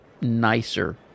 nicer